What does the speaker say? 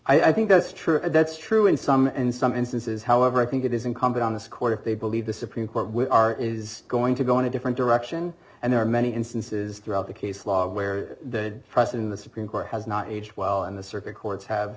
ours i think that's true that's true in some in some instances however i think it is incumbent on this court if they believe the supreme court we are is going to go in a different direction and there are many instances throughout the case law where the president the supreme court has not aged well and the circuit courts have